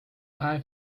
päev